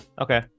Okay